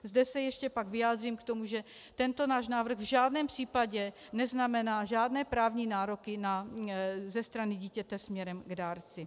Zde se ještě pak vyjádřím k tomu, že tento náš návrh v žádném případě neznamená žádné právní nároky ze strany dítěte směrem k dárci.